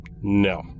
No